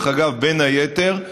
דרך אגב, בין היתר,